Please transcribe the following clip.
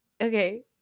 Okay